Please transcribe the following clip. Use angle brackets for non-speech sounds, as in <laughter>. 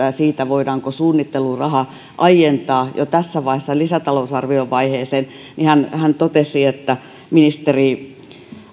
<unintelligible> ja siitä voidaanko suunnittelurahaa aientaa jo tässä vaiheessa lisätalousarviovaiheeseen totesi että ministeri